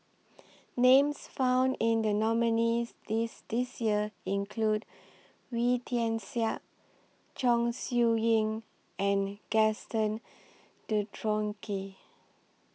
Names found in The nominees' list This Year include Wee Tian Siak Chong Siew Ying and Gaston Dutronquoy